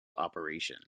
operation